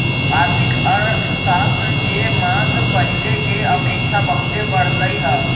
आर्थिक अर्थशास्त्र के मांग पहिले के अपेक्षा बहुते बढ़लइ ह